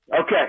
Okay